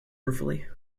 ruefully